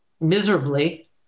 miserably